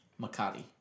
Makati